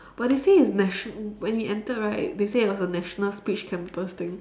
but they say it's nation~ when we enter right they say it was a national speech campus thing